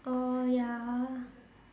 oh ya